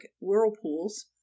whirlpools